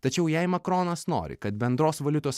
tačiau jei makronas nori kad bendros valiutos